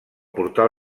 portal